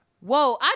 Whoa